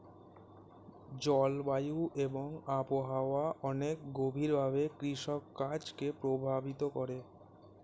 জলবায়ু এবং আবহাওয়া অনেক গভীরভাবে কৃষিকাজ কে প্রভাবিত করে